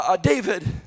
David